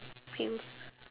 skills